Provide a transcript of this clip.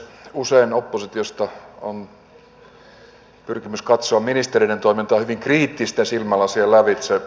usein oppositiosta on pyrkimys katsoa ministereiden toimintaa hyvin kriittisten silmälasien lävitse